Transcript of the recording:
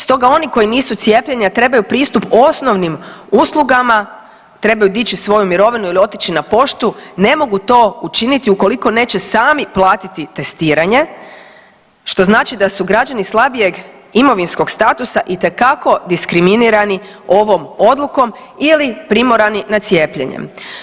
Stoga oni koji nisu cijepljeni, a trebaju pristup osnovnim uslugama trebaju dići svoju mirovinu ili otići na poštu ne mogu to učiniti ukoliko neće sami platiti testiranje, što znači da su građani slabijeg imovinskog statusa itekako diskriminirani ovom odlukom ili primorani na cijepljenje.